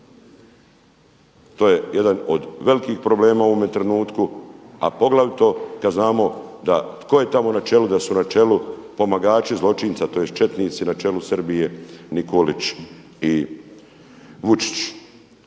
To je jedan od velikih problema u ovome trenutku a poglavito kad znamo tko je tamo na čelu, da su na čelu pomagači zločinca tj. četnici na čelu Srbije Nikolić i Vučić.